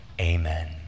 Amen